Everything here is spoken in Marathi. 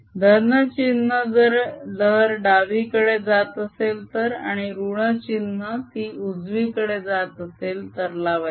धन चिन्ह जर लहर डावीकडे जात असेल तर आणि ऋण चिन्ह ती उजवीकडे जात असेल तर लावायचे